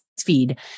feed